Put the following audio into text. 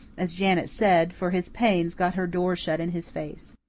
as janet said, for his pains got her door shut in his face.